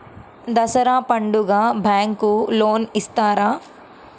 దసరా పండుగ bank loan ఇస్తారా?